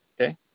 okay